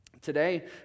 Today